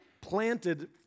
planted